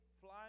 Fly